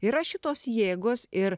yra šitos jėgos ir